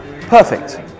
Perfect